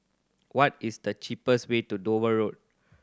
what is the cheapest way to Dover Road